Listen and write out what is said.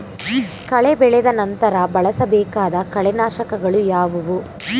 ಕಳೆ ಬೆಳೆದ ನಂತರ ಬಳಸಬೇಕಾದ ಕಳೆನಾಶಕಗಳು ಯಾವುವು?